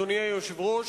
אדוני היושב-ראש,